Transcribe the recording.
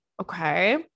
Okay